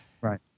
Right